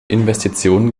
investitionen